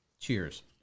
Cheers